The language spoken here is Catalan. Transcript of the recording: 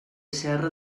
serra